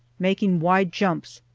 making wide jumps,